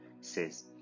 says